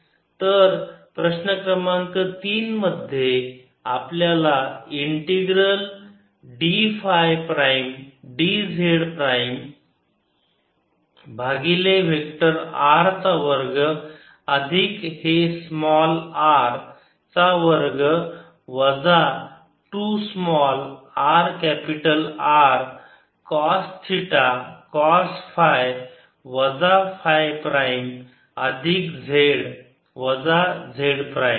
तर प्रश्न क्रमांक 3 मध्ये आपल्याला integral d phi prime dz prime भागिले वेक्टर R चा वर्ग अधिक हे स्मॉल r चा वर्ग वजा 2 small r capital R cos theta cos phi वजा फाय प्राईम अधिक z वजा z प्राईम